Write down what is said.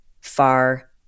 far